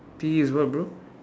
P_E is what bro